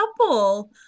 couple